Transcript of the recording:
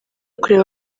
kureba